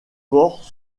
porcs